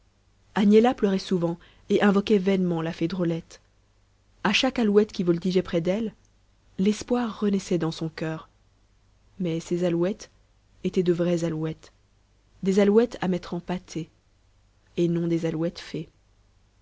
agnella pleurait souvent et invoquait vainement la fée drôlette à chaque alouette qui voltigeait près d'elle l'espoir renaissait dans son coeur mais ces alouettes étaient de vraies alouettes des allouettes à mettre en pâté et non des alouettes fées